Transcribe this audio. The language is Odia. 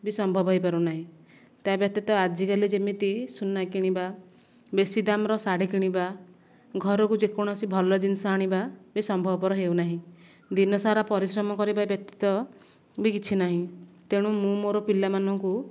ବି ସମ୍ଭବ ହୋଇପାରୁନାହିଁ ତା'ବ୍ୟତୀତ ଆଜିକାଲି ଯେମିତି ସୁନା କିଣିବା ବେଶି ଦାମର ଶାଢ଼ୀ କିଣିବା ଘରକୁ ଯେକୌଣସି ଭଲ ଜିନିଷ ଆଣିବା ବି ସମ୍ଭବପର ହେଉନାହିଁ ଦିନସାରା ପରିଶ୍ରମ କରିବା ବ୍ୟତୀତ ବି କିଛି ନାହିଁ ତେଣୁ ମୁଁ ମୋର ପିଲାମାନଙ୍କୁ